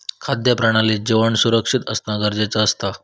खाद्य प्रणालीत जेवण सुरक्षित असना गरजेचा असता